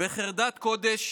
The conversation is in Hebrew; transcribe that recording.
בחרדת קודש